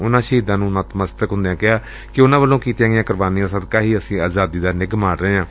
ਉਨਾਂ ਸ਼ਹੀਦਾਂ ਨੂੰ ਨਤਮਸਤਕ ਹੁੰਦਿਆਂ ਕਿਹਾ ਕਿ ਉਨਾਂ ਵੱਲੋਂ ਕੀਤੀਆਂ ਗਈਆਂ ਕੁਰਬਾਨੀਆਂ ਸਦਕਾ ਹੀ ਅੱਜ ਅਸੀਂ ਆਜ਼ਾਦੀ ਦਾ ਨਿੱਘ ਮਾਣ ਰਹੇ ਹਾਂ